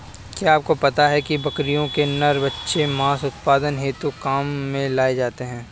क्या आपको पता है बकरियों के नर बच्चे मांस उत्पादन हेतु काम में लाए जाते है?